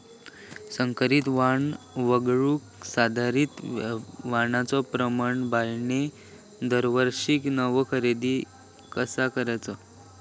संकरित वाण वगळुक सुधारित वाणाचो प्रमाण बियाणे दरवर्षीक नवो खरेदी कसा करायचो?